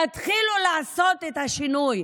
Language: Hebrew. תתחילו לעשות את השינוי.